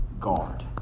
guard